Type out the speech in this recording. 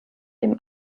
dem